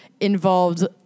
involved